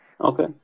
Okay